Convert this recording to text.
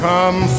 Come